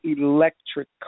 electric